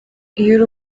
iyo